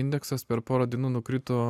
indeksas per porą dienų nukrito